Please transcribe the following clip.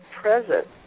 present